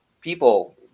people